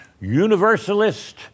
Universalist